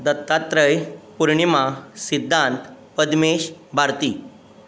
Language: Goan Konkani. दत्तात्रय पुर्णिमा सिद्धांत पद्मेश भारती